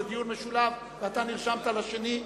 זה דיון משולב ואתה נרשמת לשני,